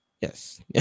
Yes